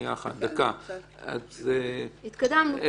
התקדמנו.